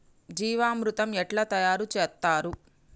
జీవామృతం ఎట్లా తయారు చేత్తరు?